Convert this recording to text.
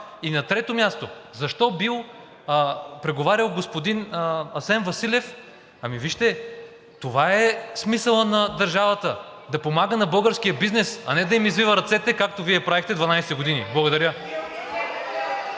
И на трето място, защо бил преговарял господин Асен Василев. Ами вижте, това е смисълът на държавата – да помага на българския бизнес, а не да им извива ръцете, както Вие правихте 12 години. Благодаря.